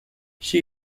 she